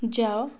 ଯାଅ